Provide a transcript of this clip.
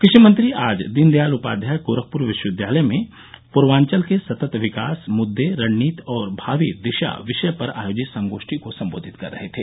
कृषि मंत्री आज दीनदयाल उपाध्याय गोरखपुर विश्वविद्यालय में पूर्वाचल के सतत विकास मुददे रणनीति और भावी दिशा विषय पर आयोजित संगोष्ठी को सम्बोधित कर रहे थे